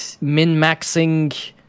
min-maxing